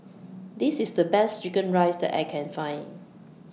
This IS The Best Chicken Rice that I Can Find